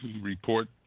report